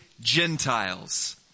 Gentiles